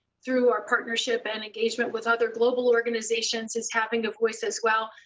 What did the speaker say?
through our partnership and engagement with other global organizations, is having a voice as well,